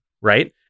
right